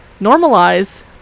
normalize